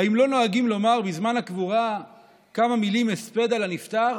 האם לא נוהגים לומר בזמן הקבורה כמה מילות הספד על הנפטר?